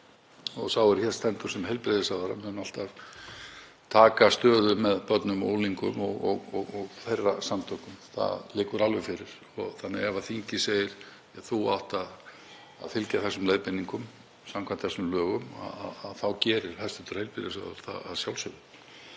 Sá er hér stendur sem heilbrigðisráðherra mun alltaf taka stöðu með börnum og unglingum og þeirra samtökum. Það liggur alveg fyrir. Ef þingið segir: Þú átt að fylgja þessum leiðbeiningum samkvæmt þessum lögum þá gerir hæstv. heilbrigðisráðherra það að sjálfsögðu.